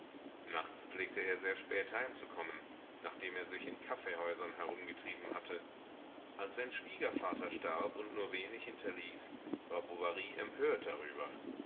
nachts pflegte er sehr spät heimzukommen nachdem er sich in kaffeehäusern herumgetrieben hatte als sein schwiegervater starb und nur wenig hinterließ war bovary empört darüber